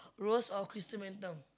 rose or chrysanthemum